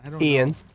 Ian